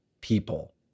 people